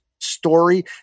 story